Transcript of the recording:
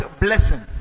blessing